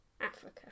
Africa